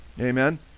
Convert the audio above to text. Amen